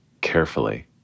carefully